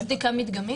יש בדיקה מדגמית.